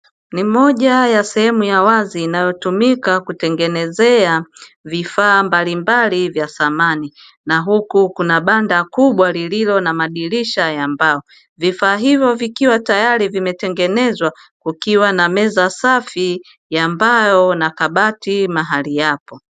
Ni moja ya sehemu ya wazi inayotumika kutengenezea vifaa mbalimbali vya samani na huku kuna banda kubwa lililo na madirisha ya mbao. vifaa hivyo vikiwa tayari vimetengenezwa kukiwa na meza safi ya mbao na kabati mahali hapo.